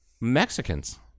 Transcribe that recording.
Mexicans